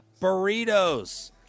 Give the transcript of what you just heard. burritos